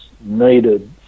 needed